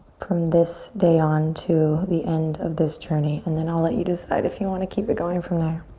from this day on to the end of this journey, and then i'll let you decide if you want to keep it going from there.